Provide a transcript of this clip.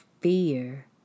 fear